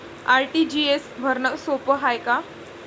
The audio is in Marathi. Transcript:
आर.टी.जी.एस भरनं सोप हाय का?